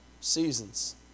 seasons